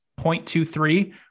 0.23